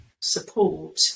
support